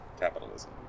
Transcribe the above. Capitalism